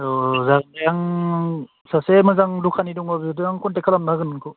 औ औ जागोन दे आं सासे मोजां दखानि दङ बिजों कनटेक्ट खालामना होगोन नोंखौ